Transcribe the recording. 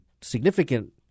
significant